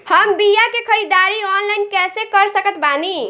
हम बीया के ख़रीदारी ऑनलाइन कैसे कर सकत बानी?